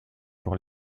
pour